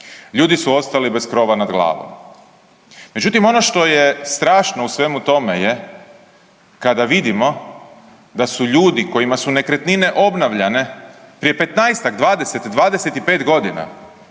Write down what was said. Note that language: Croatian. Ljudi su ostali bez krova nad glavom. Međutim, ono što je strašno u svemu tome je kada vidimo da su ljudi kojima su nekretnine obnavljane prije 15-ak, 20, 25 godina